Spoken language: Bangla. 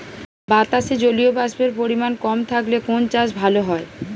বাতাসে জলীয়বাষ্পের পরিমাণ কম থাকলে কোন চাষ ভালো হয়?